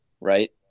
right